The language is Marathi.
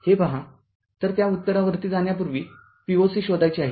हे पहा तरत्या उत्तरावरती जाण्यापूर्वी Voc शोधायचे आहे